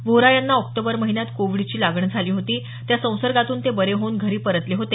व्होरा यांना ऑक्टोबर महिन्यात कोविडची लागण झाली होती त्या संसर्गातून ते बरे होऊन घरी परतले होते